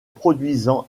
produisant